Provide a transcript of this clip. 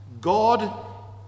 God